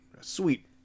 Sweet